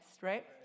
Right